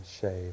shape